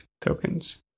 tokens